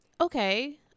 Okay